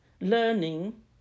learning